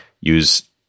use